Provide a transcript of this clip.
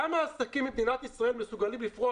כמה עסקים במדינת ישראל מסוגלים לפרוע